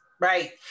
Right